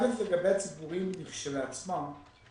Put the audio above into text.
א' לגבי הציבוריים כשלעצמם,